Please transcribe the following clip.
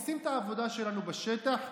עושים את העבודה שלנו בשטח,